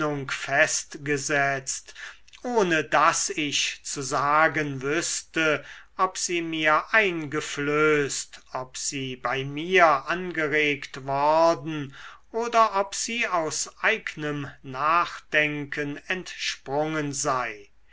festgesetzt ohne daß ich zu sagen wüßte ob sie mir eingeflößt ob sie bei mir angeregt worden oder ob sie aus eignem nachdenken entsprungen sei